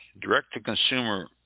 Direct-to-consumer